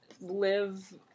live